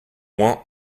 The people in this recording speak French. loin